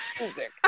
music